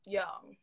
young